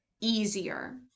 easier